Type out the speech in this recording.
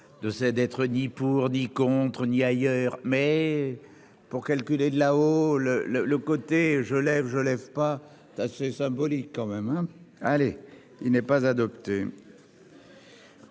de c'est d'être ni pour dit. Contres ni ailleurs, mais pour calculer de là-haut le le le côté je lève, je lève pas assez symbolique quand même hein, allez, il n'est pas adopté.